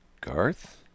Garth